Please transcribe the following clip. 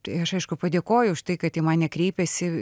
tai aš aišku padėkoju už tai kad į mane kreipiasi